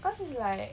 cause it's like